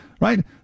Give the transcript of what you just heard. right